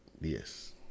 Yes